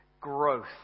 growth